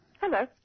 Hello